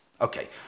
Okay